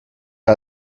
der